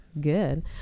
good